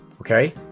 Okay